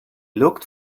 looked